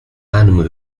animal